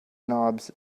knobs